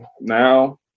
now